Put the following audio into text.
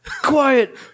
Quiet